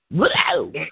Whoa